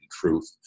Truth